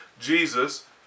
Jesus